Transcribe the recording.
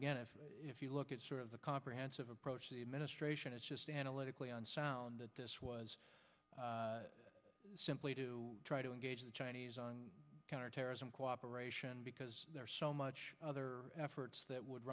again if you look at sort of the comprehensive approach the administration has just analytically on sound that this was simply to try to engage the chinese on counterterrorism cooperation because there's so much other efforts that would